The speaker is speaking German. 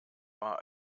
war